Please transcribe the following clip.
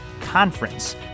conference